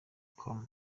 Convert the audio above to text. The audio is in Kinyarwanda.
com